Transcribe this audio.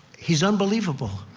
he is unbelievable.